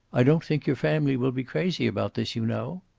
i don't think your family will be crazy about this, you know.